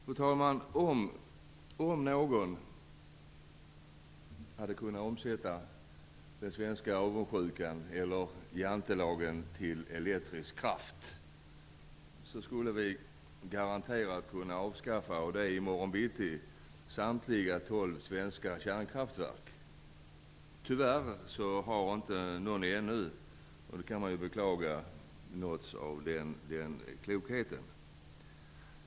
Fru talman, om någon hade kunnat omsätta den svenska avundsjukan eller jantelagen till elektrisk kraft skulle vi garanterat kunna avskaffa, och det i morgon bitti, samtliga tolv svenska kärnkraftverk. Tyvärr har ingen ännu, och det kan man beklaga, nåtts av den klokheten.